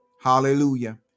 Hallelujah